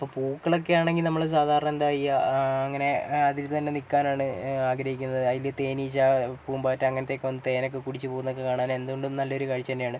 അപ്പോൾ പൂക്കളൊക്കെയാണെങ്കിൽ നമ്മൾ സാധാരണ എന്താചെയ്യാ അങ്ങനെ അതിൽത്തന്നെ നിൽക്കാനാണ് ആഗ്രഹിക്കുന്നത് അതിൽ തേനീച്ച പൂമ്പാറ്റ അങ്ങനത്തെയൊക്കെ വന്ന് തേനൊക്കെ കുടിച്ച് പോകുന്നത് കാണാൻ എന്തുകൊണ്ടും നല്ലൊരു കാഴ്ച തന്നെയാണ്